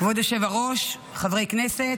כבוד היושב-ראש, חברי כנסת,